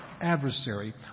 adversary